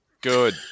Good